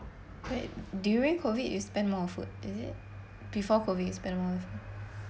during COVID you spend more food is it before COVID you spend more on food